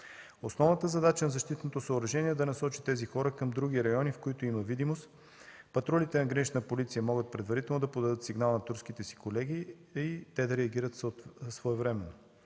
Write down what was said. Основната задача на защитното съоръжение е да насочи тези хора към други райони, в които има видимост. Патрулите на Гранична полиция могат предварително да подадат сигнал на турските си колеги и те да реагират своевременно.